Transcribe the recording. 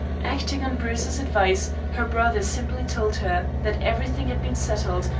acting on bruce's advice her brother simply told her that everything had been settled,